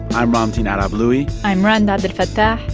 i'm ramtin arablouei i'm rund abdelfatah.